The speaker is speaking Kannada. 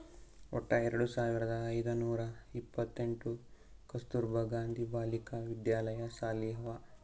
ವಟ್ಟ ಎರಡು ಸಾವಿರದ ಐಯ್ದ ನೂರಾ ಎಪ್ಪತ್ತೆಂಟ್ ಕಸ್ತೂರ್ಬಾ ಗಾಂಧಿ ಬಾಲಿಕಾ ವಿದ್ಯಾಲಯ ಸಾಲಿ ಅವಾ